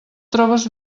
trobes